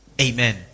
amen